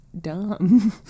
dumb